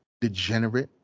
degenerate